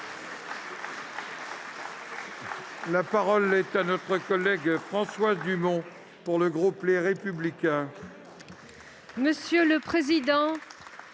La parole est à Mme Françoise Dumont, pour le groupe Les Républicains.